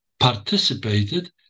participated